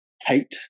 hate